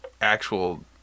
actual